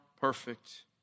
perfect